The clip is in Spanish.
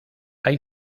hay